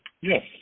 Yes